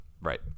Right